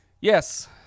yes